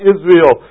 Israel